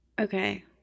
Okay